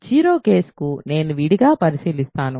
0 కేసును నేను విడిగా పరిశీలిస్తాను